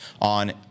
on